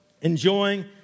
enjoying